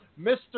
Mr